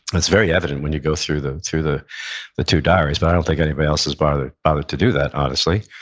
it's very evident when you go through the through the two diaries, but i don't think anybody else has bothered bothered to do that, honestly,